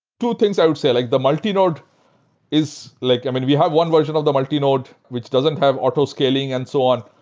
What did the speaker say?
two things i would say, like the multi-node is like i mean, we have one version of the multi-node, which doesn't have autoscaling and so on.